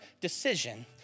decision